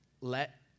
let